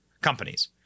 companies